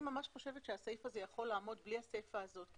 אני ממש חושבת שהסעיף הזה יכול לעמוד בלי הסיפה זאת.